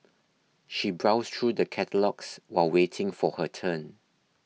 she browsed through the catalogues while waiting for her turn